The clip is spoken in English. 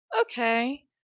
Okay